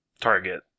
target